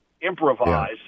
improvise